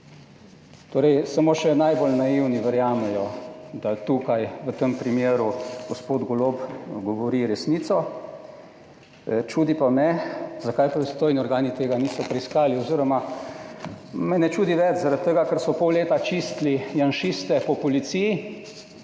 Torej samo še najbolj naivni verjamejo, da tukaj v tem primeru gospod Golob govori resnico. Čudi pa me zakaj pristojni organi tega niso preiskali oziroma me ne čudi več zaradi tega, ker so pol leta čistili »janšiste« po policiji,